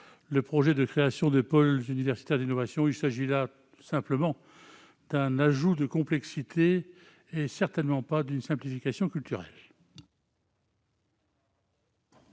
supprimer la création des pôles universitaires d'innovation. Il s'agit d'un ajout de complexité, certainement pas d'une simplification culturelle.